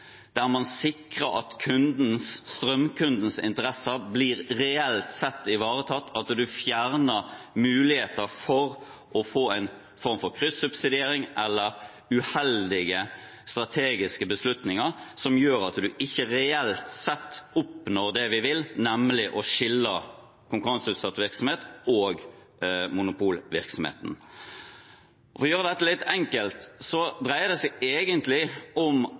der man sikrer at strømkundens interesser blir ivaretatt reelt sett, og der man fjerner muligheten for å få en form for kryssubsidiering eller uheldige strategiske beslutninger som gjør at man ikke reelt sett oppnår det man vil – nemlig å skille konkurranseutsatt virksomhet og monopolvirksomhet. For å gjøre dette litt enkelt dreier det seg egentlig om